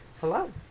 Hello